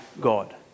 God